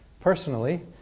personally